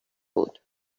بود